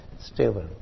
stable